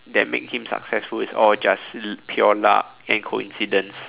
that makes him successful is all just pure luck and coincidence